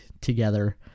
together